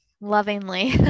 lovingly